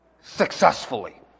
successfully